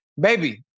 Baby